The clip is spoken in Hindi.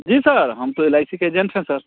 जी सर हम तो एल आई सी के एजेंट हैं सर